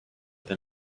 than